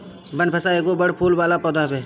बनफशा एगो बड़ फूल वाला पौधा हवे